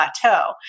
plateau